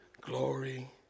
Glory